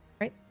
right